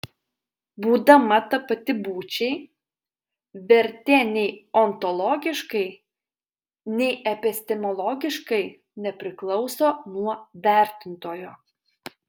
būdama tapati būčiai vertė nei ontologiškai nei epistemologiškai nepriklauso nuo vertintojo